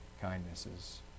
kindnesses